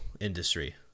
industry